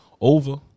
Over